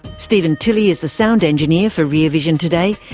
steven tilley is the sound engineer for rear vision today.